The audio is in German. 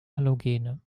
halogene